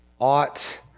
ought